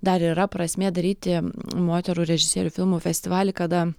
dar yra prasmė daryti moterų režisierių filmų festivalį kada